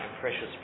precious